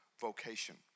vocation